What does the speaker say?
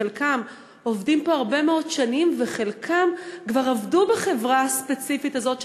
שחלקם עובדים פה הרבה מאוד שנים וחלקם כבר עבדו בחברה הספציפית הזאת,